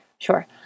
Sure